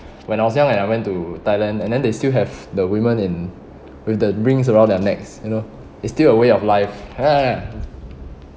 when I was young and I went to thailand and then they still have the women in with the rings around their necks you know it's still a way of life